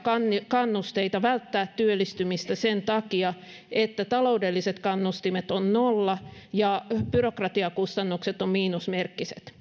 kannusteita välttää työllistymistä sen takia että taloudelliset kannustimet ovat nolla ja byrokratiakustannukset ovat miinusmerkkiset